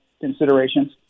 considerations